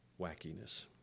wackiness